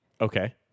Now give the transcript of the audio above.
Okay